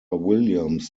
williams